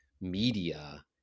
media